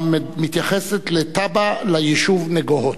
המתייחסת לתב"ע ליישוב נגוהות.